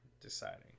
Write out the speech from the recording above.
deciding